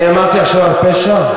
אמרתי עכשיו משהו על פשע?